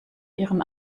ihren